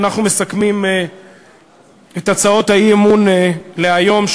אנחנו מסכמים את הצעות האי-אמון להיום.